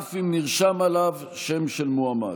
אף אם נרשם עליו שם של מועמד.